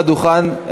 מהדוכן,